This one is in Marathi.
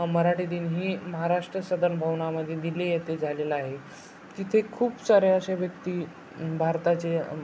मराठी दिन ही महाराष्ट्र सदन भवनामध्ये दिल्ली येथे झालेलं आहे तिथे खूप सारे असे व्यक्ती भारताचे